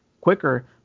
quicker